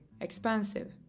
expensive